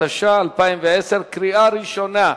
התש"ע 2010. קריאה ראשונה.